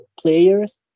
players